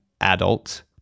adult